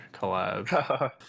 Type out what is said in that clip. collab